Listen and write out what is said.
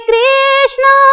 Krishna